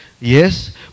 Yes